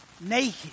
naked